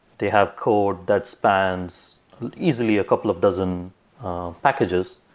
they have code that expands easily a couple of dozen packages.